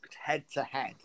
head-to-head